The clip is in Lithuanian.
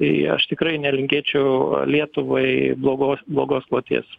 tai aš tikrai nelinkėčiau lietuvai blogos blogos kloties